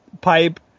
pipe